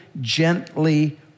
gently